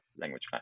language